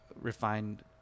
refined